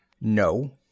No